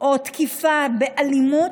או תקיפה באלימות,